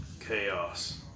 Chaos